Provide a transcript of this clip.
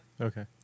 Okay